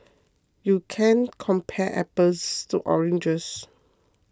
you can't compare apples to oranges